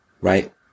Right